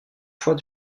fois